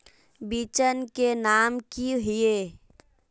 बिचन के नाम की छिये?